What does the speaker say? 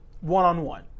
one-on-one